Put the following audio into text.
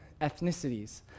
ethnicities